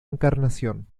encarnación